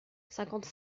cinquante